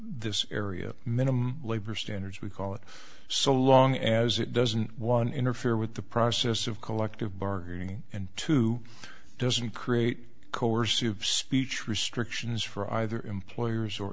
this area minimum labor standards we call it so long as it doesn't one interfere with the process of collective bargaining and two doesn't create coercive speech restrictions for either employers or